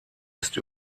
ist